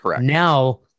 Now